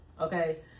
Okay